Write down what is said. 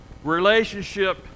relationship